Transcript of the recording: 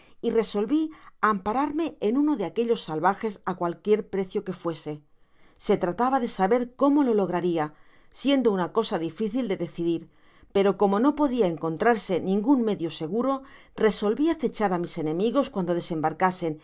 y resolví ampararme de uno de aquellos salvajes á cualquier precio que fuese se trataba de saber como lo lograria siendo uua cosa diñcil de decidir pero como no podia encontrarse ningun medio seguro resolvi acechar á mis enemigos cuando desembarcasen y